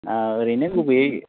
ओरैनो गुबैयै